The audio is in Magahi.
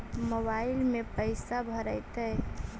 मोबाईल में पैसा भरैतैय?